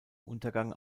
untergang